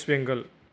West Bengal